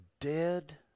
dead